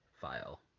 file